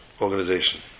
organization